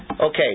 Okay